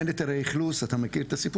אין היתרי אכלוס, אתה מכיר את הסיפור.